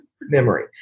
memory